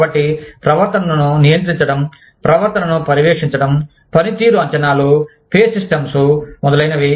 కాబట్టి ప్రవర్తనను నియంత్రించడం ప్రవర్తనను పర్యవేక్షించడం పనితీరు అంచనాలు పే సిస్టమ్స్ మొదలైనవి